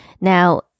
Now